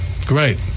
Great